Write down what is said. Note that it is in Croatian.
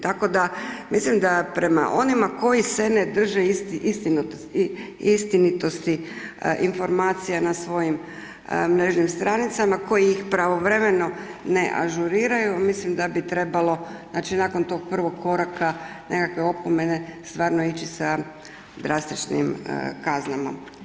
Tako da mislim da prema onima koji se ne drže istinitosti informacijama na svojim mrežnim stranicama, koje ih pravovremeno ne ažuriraju, mislim da bi trebalo nakon tog prvog koraka nekakve opomene stvarno ići sa drastičnim kaznama.